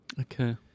Okay